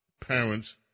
Parents